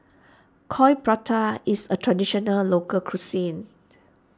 Coin Prata is a Traditional Local Cuisine